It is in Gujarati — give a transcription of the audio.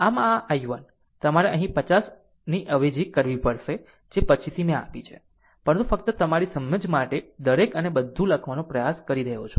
આમ આ i1 તમારે અહીં 50 અવેજી કરવી પડશે જે પછીથી મેં આપી છે પરંતુ ફક્ત તમારી સમજ માટે દરેક અને બધું લખવાનો પ્રયાસ કરી રહ્યો છું